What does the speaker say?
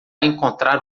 encontrar